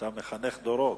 אתה מחנך דורות.